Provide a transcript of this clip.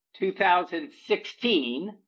2016